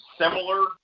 similar